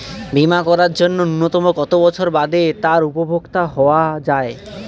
বীমা করার জন্য ন্যুনতম কত বছর বাদে তার উপভোক্তা হওয়া য়ায়?